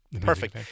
perfect